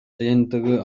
жыйынтыгы